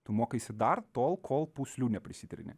tu mokaisi dar tol kol pūslių neprisitrini